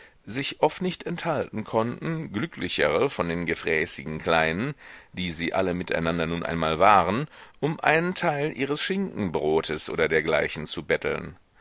sich oft nicht enthalten konnten glücklichere von den gefräßigen kleinen die sie alle miteinander nun einmal waren um einen teil ihres schinkenbrotes oder dergleichen zu betteln